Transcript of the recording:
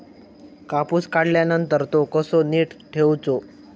कापूस काढल्यानंतर तो कसो नीट ठेवूचो?